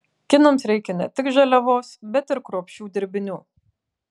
kinams reikia ne tik žaliavos bet ir kruopščių dirbinių